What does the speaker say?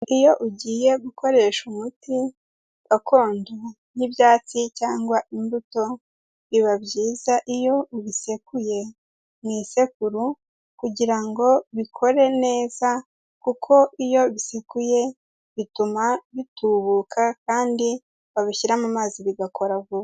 Iyo ugiye gukoresha umuti gakondo nk'ibyatsi cyangwa imbuto, biba byiza iyo ubisekuye mu isekuru kugira ngo bikore neza kuko iyo bisekuye bituma bitubuka kandi babishyira mu mazi bigakora vuba.